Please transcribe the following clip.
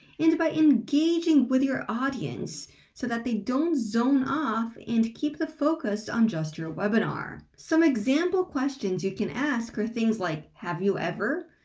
and by engaging with your audience so that they don't zone off and keep the focus on just your webinar. some example questions you can ask are things like have you ever,